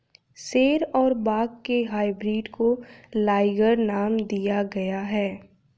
शेर और बाघ के हाइब्रिड को लाइगर नाम दिया गया है